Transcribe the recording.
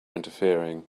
interfering